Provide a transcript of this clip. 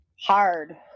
Hard